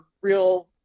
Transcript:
real